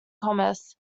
commerce